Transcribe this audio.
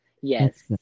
Yes